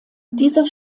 dieser